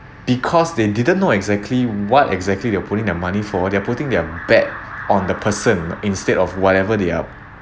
because they didn't know exactly what exactly they're putting their money for their putting their bet on the person instead of whatever they're